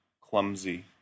clumsy